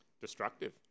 destructive